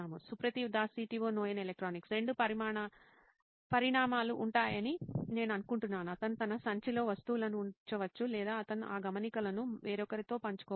సుప్రతీవ్ Das CTO నోయిన్ electronics రెండు పరిణామాలు ఉంటాయని నేను అనుకుంటున్నాను అతను తన సంచిలో వస్తువులను ఉంచవచ్చు లేదా అతను ఆ గమనికలను వేరొకరితో పంచుకోవచ్చు